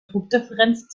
druckdifferenz